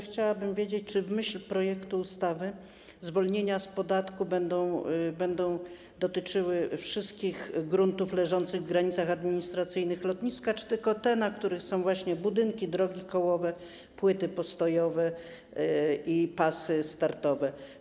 Chciałabym wiedzieć, czy w myśl projektu ustawy zwolnienia z podatku będą dotyczyły wszystkich gruntów leżących w granicach administracyjnych lotniska, czy tylko tych, na których są właśnie budynki, drogi kołowe, płyty postojowe i pasy startowe.